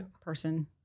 person